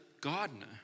gardener